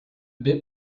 bit